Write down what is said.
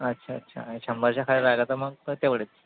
अच्छा अच्छा शंभरच्या खाली राहिलं तर मग तर तेवढेच